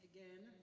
Again